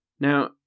Now